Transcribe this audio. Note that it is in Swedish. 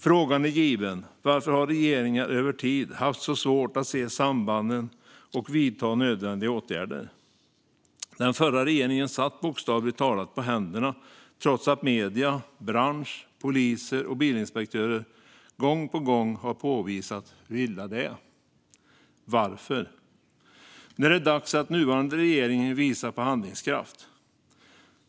Frågan är given: Varför har regeringar över tid haft så svårt att se sambanden och vidta nödvändiga åtgärder? Den förra regeringen satt bokstavligt talat på händerna, trots att medier, bransch, poliser och bilinspektörer gång på gång påvisat hur illa det är - varför? Nu är det dags att nuvarande regering visar på handlingskraft.